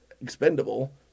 expendable